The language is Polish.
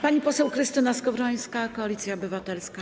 Pani poseł Krystyna Skowrońska, Koalicja Obywatelska.